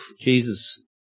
Jesus